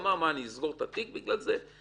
הוא אמר אני אסגור את התיק בגלל זה?